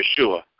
Yeshua